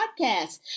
podcast